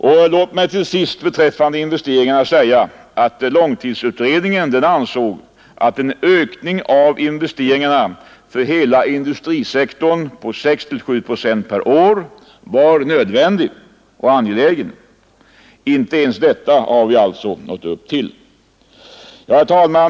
Låt mig till sist beträffande investeringarna säga att långtidsutredningen ansåg att en ökning av investeringarna för hela industrisektorn på 6—7 procent per år var nödvändig och angelägen. Inte ens detta har vi alltså nått upp till. Herr talman!